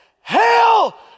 Hell